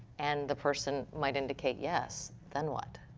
and the person might indicate yes. then what?